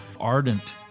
ardent